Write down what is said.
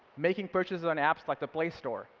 making purchases on apps like the play store